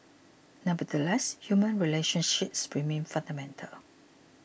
nevertheless human relationships remain fundamental